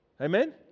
Amen